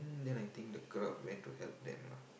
then I think the clerk went to help them ah